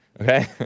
Okay